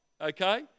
okay